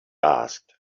asked